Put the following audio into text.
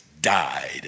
died